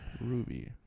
Ruby